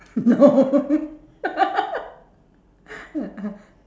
no